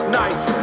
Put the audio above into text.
nice